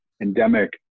endemic